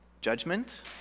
judgment